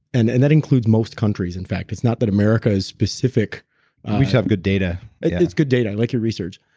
and and that includes most countries in fact. it's not that america is specific we just have good data it's good data, like your research.